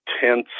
tense